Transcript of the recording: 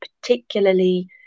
particularly